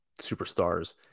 superstars